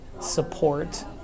support